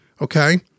okay